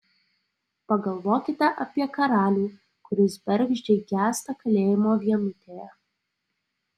pagalvokite apie karalių kuris bergždžiai gęsta kalėjimo vienutėje